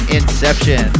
Inception